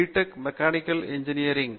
tech mechanical engineering B